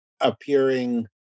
appearing